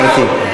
גברתי.